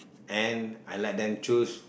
and I let them choose